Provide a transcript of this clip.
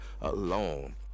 alone